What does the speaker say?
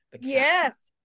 Yes